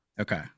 Okay